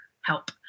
help